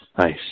Nice